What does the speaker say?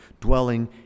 dwelling